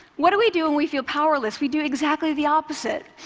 what do we do when we feel powerless? we do exactly the opposite.